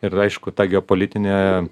ir aišku ta geopolitinė